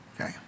Okay